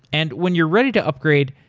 and when you're ready to upgrade,